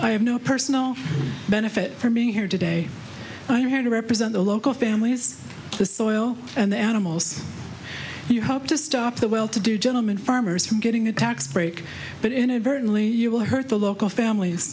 i have no personal benefit from being here today i are here to represent the local families the soil and the animals we hope to stop the well to do gentleman farmers from getting a tax break but inadvertently you will hurt the local families